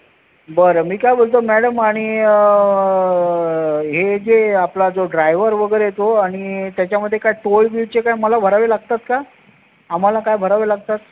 बरं मी काय बोलतो मॅडम आणि हे जे आपला जो ड्रायवर वगैरे तो आणि त्याच्यामध्ये काय टोल बीलचे काय मला भरावे लागतात का आम्हाला काय भरावे लागतात